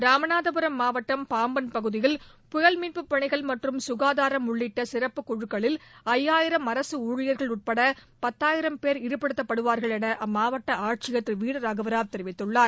ராமநாதபுரம் மாவட்டம் பாம்பன் பகுதியில் புயல் மீட்புப் பணிகள் மற்றும் சுகாதாரம் உள்ளிட்ட சிறப்பு குழுக்களில் ஐயாயிரம் அரசு ஊழியர்கள் உட்பட பத்தாயிரம் போ ஈடுபடுத்தப்படுவார்கள் என அம்மாவட்ட ஆட்சியர் திரு வீரராகவ ராவ் தெரிவித்துள்ளார்